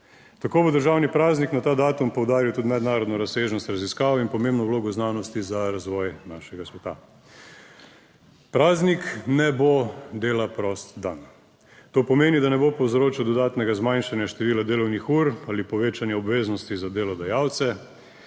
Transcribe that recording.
Tako bo državni praznik na ta datum poudaril tudi mednarodno razsežnost raziskav in pomembno vlogo v znanosti za razvoj našega sveta. Praznik ne bo dela prost dan. To pomeni, da ne bo povzročil dodatnega zmanjšanja števila delovnih ur ali povečanja obveznosti za delodajalce,